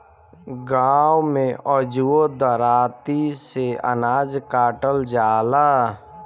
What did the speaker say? गाँव में अजुओ दराँती से अनाज काटल जाला